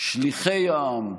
שליחי העם,